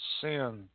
sin